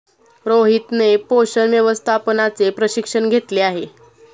रोहितने पोषण व्यवस्थापनाचे प्रशिक्षण घेतले आहे